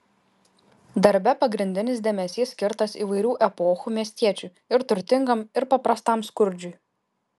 darbe pagrindinis dėmesys skirtas įvairių epochų miestiečiui ir turtingam ir paprastam skurdžiui